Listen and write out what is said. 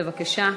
בבקשה.